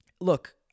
look